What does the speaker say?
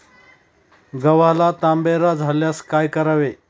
गव्हाला तांबेरा झाल्यास काय करावे?